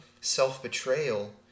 Self-betrayal